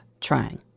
trying